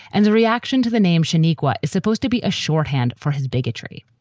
and the reaction to the name shaniqua is supposed to be a shorthand for his bigotry.